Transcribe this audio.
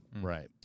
Right